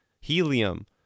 helium